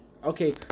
Okay